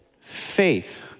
faith